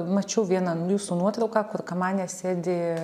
mačiau vieną jūsų nuotrauką kur kamanė sėdi